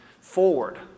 forward